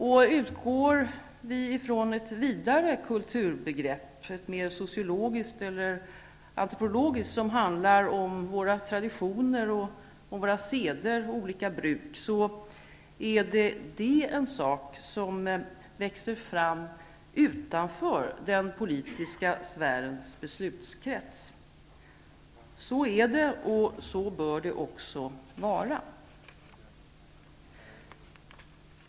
Om vi utgår från ett vidare kulturbegrepp, sociologiskt eller antropologiskt, som handlar om våra traditioner, seder och bruk, är det något som växer fram utanför den politiska sfärens beslutskrets. Så är det, och så bör det också vara.